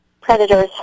predators